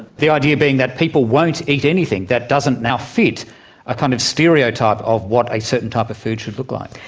the idea being that people won't eat anything that doesn't now fit a kind of stereotype of what a certain type of food should look like.